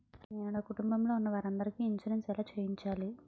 నేను నా కుటుంబం లొ ఉన్న వారి అందరికి ఇన్సురెన్స్ ఎలా చేయించాలి?